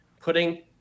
putting